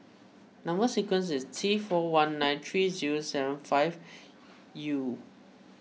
Number Sequence is T four one nine three zero seven five U